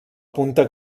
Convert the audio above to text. punta